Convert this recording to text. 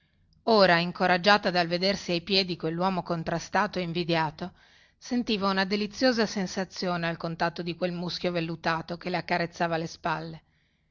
ora incoraggiata dal vedersi ai piedi quelluomo contrastato e invidiato sentiva una deliziosa sensazione al contatto di quel muschio vellutato che le accarezzava le spalle